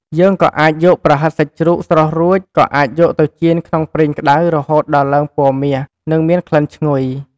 យើងក៏អាចយក ប្រហិតសាច់ជ្រូកស្រុះរួច ក៏អាចយកទៅចៀនក្នុងប្រេងក្តៅរហូតដល់ឡើងពណ៌មាស និងមានក្លិនឈ្ងុយ។